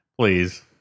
please